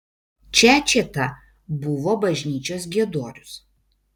čečėta buvo bažnyčios giedorius